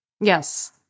Yes